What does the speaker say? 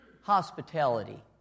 hospitality